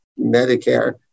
Medicare